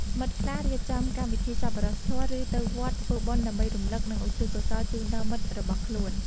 មិត្តខ្លះរៀបចំកម្មវិធីសប្បុរសធម៌ ឬទៅវត្តធ្វើបុណ្យដើម្បីរំលឹក និងឧទ្ទិសកុសលជូនដល់មិត្តរបស់ខ្លួន។